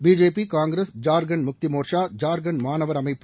BJP Congress Jharkhand Mukti Morcha Jharkhand மாணவர் அமைப்பு